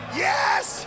yes